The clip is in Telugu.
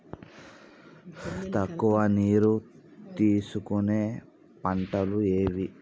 తక్కువ నీరు తీసుకునే పంటలు ఏవి?